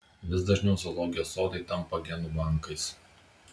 vis dažniau zoologijos sodai tampa genų bankais